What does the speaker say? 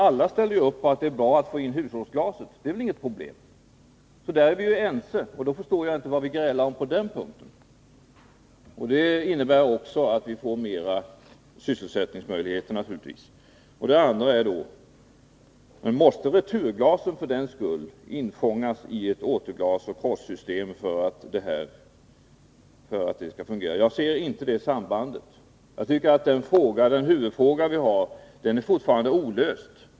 Alla anser att det är bra att hushållsglaset insamlas. Vi är ense. Då förstår jag inte vad vi grälar om. Det innebär också att vi får större sysselsättningsmöjligheter, naturligtvis. Måste returglaset infångas i ett återglasoch krossystem för att detta skall kunna fungera? Jag ser inte sambandet. Jag tycker att huvudfrågan fortfarande är olöst.